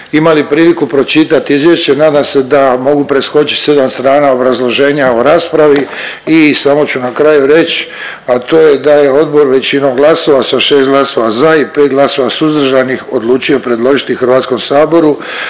imali priliku pročitati izvješće nadam se da mogu preskočit 7 strana obrazloženja o raspravi i samo ću na kraju reći, a to je da je odbor većinom glasova sa 6 glasova za i 5 glasova suzdržanih odlučio predložiti Hrvatskom saboru